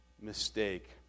mistake